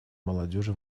молодежи